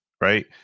right